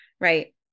Right